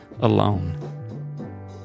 alone